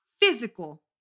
physical